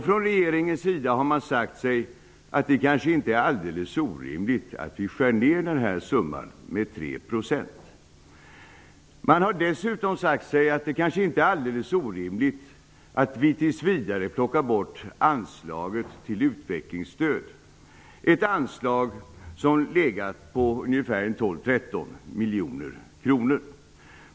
Från regeringen sida har man sagt sig att det kanske inte är alldeles orimligt att vi skär ned denna summa med 3 %. Man har dessutom sagt sig att det kanske inte är alldeles orimligt att vi tills vidare plockar bort anslaget till utvecklingsstöd, ett anslag som har legat på ungefär 12 miljoner kronor.